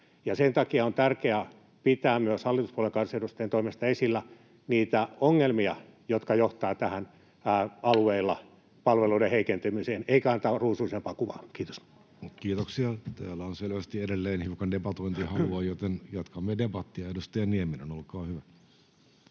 Sen takia on tärkeää pitää myös hallituspuolueiden kansanedustajien toimesta esillä niitä ongelmia, jotka johtavat alueilla palveluiden heikentämiseen, eikä antaa ruusuisempaa kuvaa. — Kiitos. [Vastauspuheenvuoropyyntöjä] Kiitoksia. — Täällä on selvästi edelleen hiukan debatointihalua, joten jatkamme debattia. — Edustaja Nieminen, olkaa hyvä.